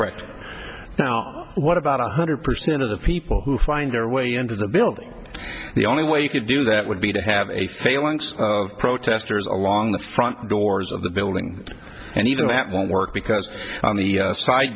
right now what about one hundred percent of the people who find their way into the building the only way you could do that would be to have a phalanx of protesters along the front doors of the building and even that won't work because on the side